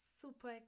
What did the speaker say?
super